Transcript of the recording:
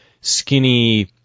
skinny